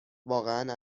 واقعا